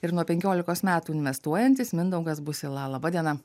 ir nuo penkiolikos metų investuojantis mindaugas busila laba diena